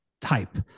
type